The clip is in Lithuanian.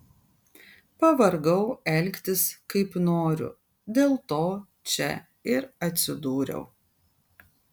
pavargau elgtis kaip noriu dėl to čia ir atsidūriau